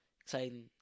exciting